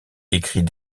écrit